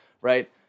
right